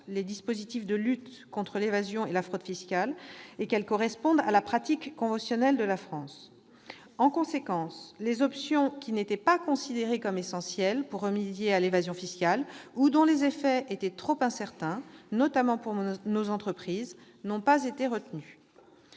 les dispositifs de lutte contre l'évasion et la fraude fiscales et où elles correspondent à la pratique conventionnelle de la France. En conséquence, les options qui n'étaient pas considérées comme essentielles pour remédier à l'évasion fiscale ou dont les effets étaient trop incertains, notamment pour nos entreprises, n'ont pas été retenues.